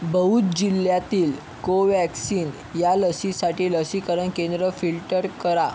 बौध जिल्ह्यातील कोव्हॅक्सिन या लसीसाठी लसीकरण केंद्र फिल्टर करा